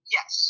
Yes